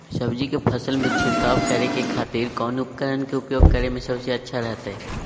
सब्जी के फसल में छिड़काव करे के खातिर कौन उपकरण के उपयोग करें में सबसे अच्छा रहतय?